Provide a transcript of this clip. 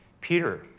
Peter